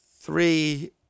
three